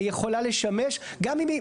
היא יכולה לשמש גם אם היא,